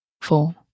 four